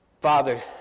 father